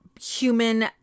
human